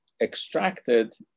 extracted